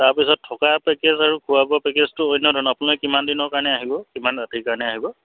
তাৰপিছত থকা পেকেজ আৰু খোৱা বোৱা পেকেজটো অন্য ধৰণৰ আপোনালোকে কিমান দিনৰ কাৰণে আহিব কিমান ৰাতিৰ কাৰণে আহিব